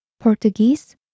Portuguese